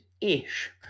ish